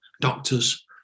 doctors